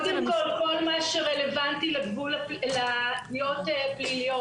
כל מה שרלוונטי לפגיעות פליליות,